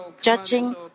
judging